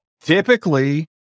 typically